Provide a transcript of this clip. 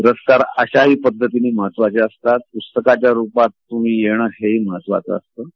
पुरस्कार अशाही पद्धतीने महत्वाचे असतात पुस्तकाच्या रुपात तुम्ही येणं हेही महत्वाचं असतं